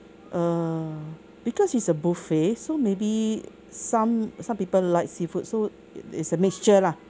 err because it's a buffet so maybe some some people like seafood so it is a mixture lah